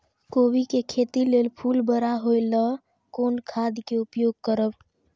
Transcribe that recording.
कोबी के खेती लेल फुल बड़ा होय ल कोन खाद के उपयोग करब?